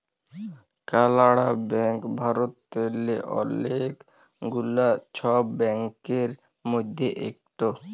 কালাড়া ব্যাংক ভারতেল্লে অলেক গুলা ছব ব্যাংকের মধ্যে ইকট